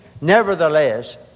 Nevertheless